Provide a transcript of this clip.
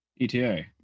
ETA